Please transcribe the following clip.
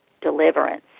deliverance